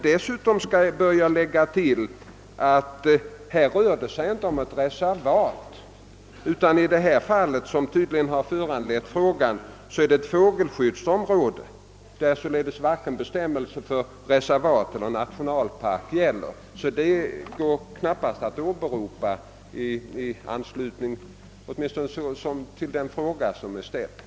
Det bör tilläggas att det här inte rör sig om ett reservat, utan vad som tydligen har föranlett frågan är ett fågelskyddsområde, där varken bestämmelserna för reservat eller nationalpark gäller. Det går knappast att åberopa dem i anslutning till den fråga som ställts.